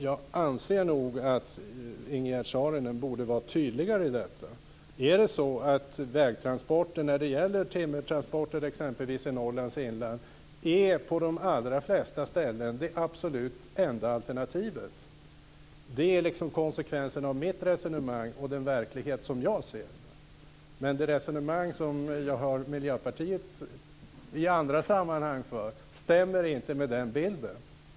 Jag anser nog att Ingegerd Saarinen borde vara tydligare i detta. Är det så att vägtransporterna, t.ex. timmertransporterna i Norrlands inland, på de allra flesta ställen är det absolut enda alternativet? Det är konsekvensen av mitt resonemang och den verklighet som jag ser. Men det resonemang som jag hör Miljöpartiet föra vid andra sammanhang stämmer inte med den bilden.